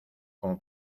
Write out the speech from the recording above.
con